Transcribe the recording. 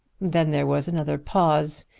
then there was another pause.